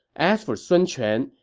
as for sun quan,